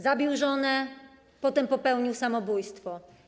Zabił żonę, potem popełnił samobójstwo.